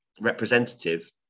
representative